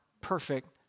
perfect